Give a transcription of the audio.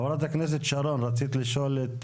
חברת הכנסת שרון, רצית לשאול?